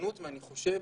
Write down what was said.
לצמחונות ואני חושב